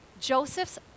Joseph's